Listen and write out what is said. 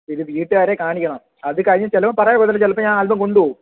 ഇത് വീട്ട്കാരെ കാണിക്കണം അത് കഴിഞ്ഞ് ചിലപ്പോൾ പറയാൻ ഒക്കത്തില്ല ചിലപ്പോൾ ഞാൻ ആൽബം കൊണ്ടുപോകും